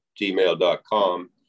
gmail.com